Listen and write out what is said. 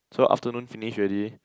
so afternoon finish ready